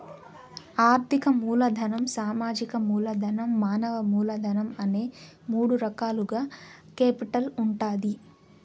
ఆర్థిక మూలధనం, సామాజిక మూలధనం, మానవ మూలధనం అనే మూడు రకాలుగా కేపిటల్ ఉంటాది